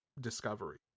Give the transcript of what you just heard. discovery